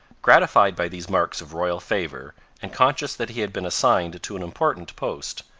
gratified by these marks of royal favour and conscious that he had been assigned to an important post,